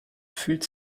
fühlt